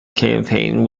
campaign